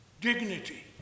dignity